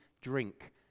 drink